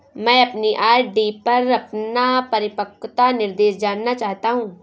मैं अपनी आर.डी पर अपना परिपक्वता निर्देश जानना चाहता हूँ